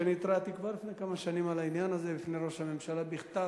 שאני התרעתי כבר לפני כמה שנים על העניין הזה בפני ראש הממשלה בכתב,